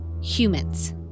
humans